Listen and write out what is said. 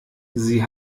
sie